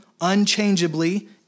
unchangeably